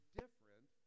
different